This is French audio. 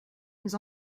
nous